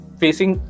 facing